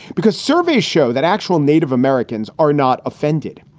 because surveys show that actual native americans are not offended.